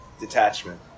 Detachment